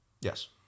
yes